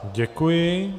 Děkuji.